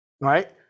right